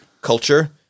culture